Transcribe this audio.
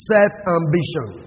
Self-ambition